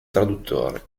traduttore